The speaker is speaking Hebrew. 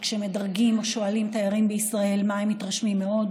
כשמדרגים או שואלים תיירים בישראל ממה הם מתרשמים בישראל,